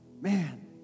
Man